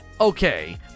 okay